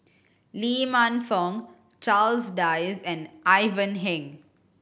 Lee Man Fong Charles Dyce and Ivan Heng